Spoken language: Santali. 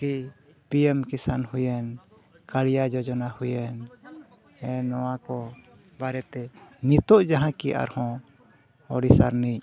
ᱠᱤ ᱯᱤ ᱮᱢ ᱠᱤᱥᱟᱱ ᱦᱩᱭᱮᱱ ᱠᱟᱲᱤᱭᱟ ᱡᱳᱡᱚᱱᱟ ᱦᱩᱭᱮᱱ ᱮ ᱱᱚᱣᱟ ᱠᱚ ᱵᱟᱨᱮᱛᱮ ᱱᱤᱛᱳᱜ ᱡᱟᱦᱟᱸ ᱠᱤ ᱟᱨ ᱦᱚᱸ ᱩᱲᱤᱥᱥᱟ ᱨᱮᱱᱤᱡ